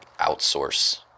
outsource